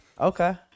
Okay